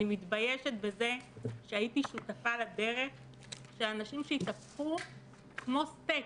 אני מתביישת בזה שהייתי שותפה לדרך שאנשים שהתאספו כמו סטייק.